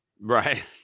Right